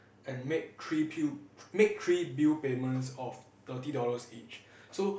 and make three pew~ make three bill payments of thirty dollar each